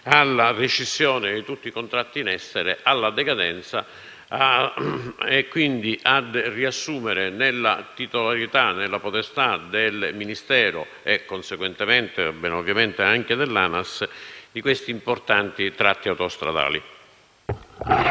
alla rescissione di tutti i contratti in essere, alla decadenza e a riassumere nella titolarità e nella potestà del Ministero, e conseguentemente, dell'ANAS, di questi importanti tratti autostradali.